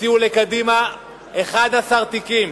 הציעו לקדימה 11 תיקים,